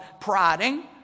prodding